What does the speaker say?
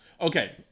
okay